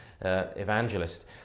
evangelist